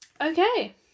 okay